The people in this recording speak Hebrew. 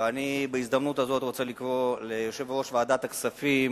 ואני בהזדמנות הזאת רוצה לקרוא ליושב-ראש ועדת הכספים